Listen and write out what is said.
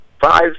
five